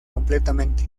completamente